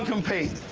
compete.